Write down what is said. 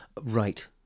Right